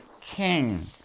King